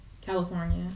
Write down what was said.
California